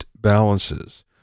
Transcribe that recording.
balances